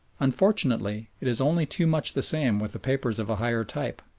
unfortunately it is only too much the same with the papers of a higher type,